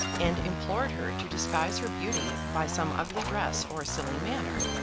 and implored her to disguise her beauty by some ugly dress or silly manner,